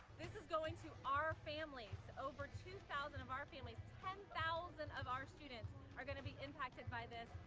this is going to our families, over two thousand of our families ten thousand of our students are gonna be impacted by this,